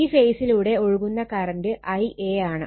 ഈ ഫേസിലൂടെ ഒഴുകുന്ന കറണ്ട് Ia ആണ്